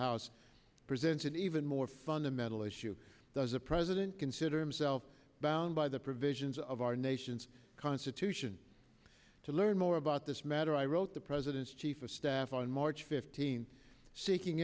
house presented even more fundamental issue does the president consider himself bound by the provisions of our nation's constitution to learn more about this matter i wrote the president's chief of staff on march fifteenth seeking